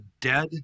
dead